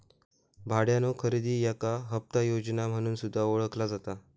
भाड्यानो खरेदी याका हप्ता योजना म्हणून सुद्धा ओळखला जाता